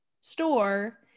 store